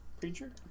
Preacher